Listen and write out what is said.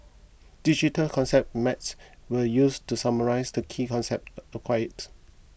digital concept maps were used to summarise the key concepts acquired